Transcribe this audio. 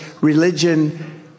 religion